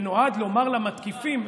ונועד לומר למתקיפים,